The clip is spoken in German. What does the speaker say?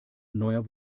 neuer